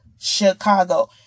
Chicago